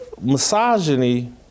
misogyny